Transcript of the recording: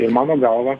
ir mano galva